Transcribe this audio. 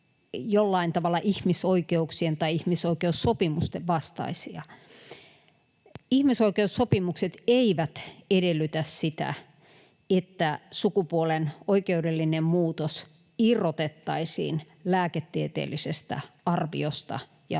jollain tavalla ihmisoikeuksien tai ihmisoikeussopimusten vastaista. Ihmisoikeussopimukset eivät edellytä sitä, että sukupuolen oikeudellinen muutos irrotettaisiin lääketieteellisestä arviosta